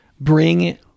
bring